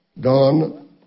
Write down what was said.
Don